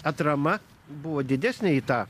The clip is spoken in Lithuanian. atrama buvo didesnė į tą